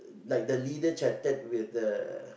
like the leader chatted with the